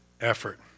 effort